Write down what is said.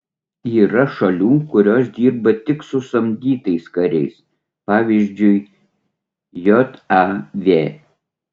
yra šalių kurios dirba tik su samdytais kariais pavyzdžiui jav